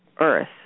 Earth